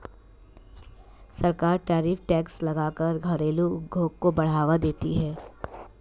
सरकार tariff tax लगा कर घरेलु उद्योग को बढ़ावा देती है